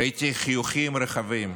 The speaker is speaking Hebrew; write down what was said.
ראיתי חיוכים רחבים,